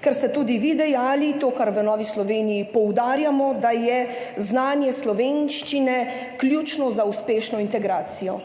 Ker ste tudi vi dejali to, kar v Novi Sloveniji poudarjamo, da je znanje slovenščine ključno za uspešno integracijo,